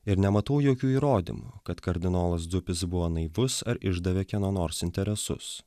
ir nematau jokių įrodymų kad kardinolas dzupis buvo naivus ar išdavė kieno nors interesus